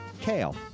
kale